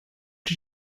did